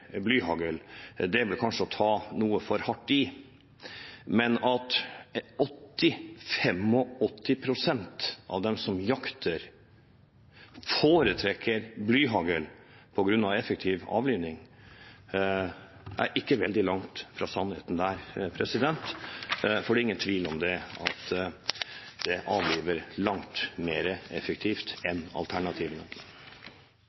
blyhagl, er kanskje å ta noe for hardt i, men at 80–85 pst. av dem som jakter, foretrekker blyhagl på grunn av effektiv avlivning, er ikke veldig langt fra sannheten. For det er ingen tvil om at det avliver langt mer effektivt enn alternativene.